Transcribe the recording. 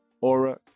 aura